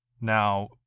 Now